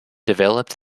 developed